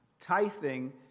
tithing